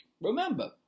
Remember